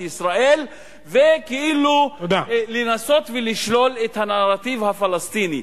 ישראל וכאילו לנסות ולשלול את הנרטיב הפלסטיני.